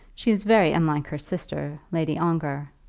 she is very unlike her sister, lady ongar.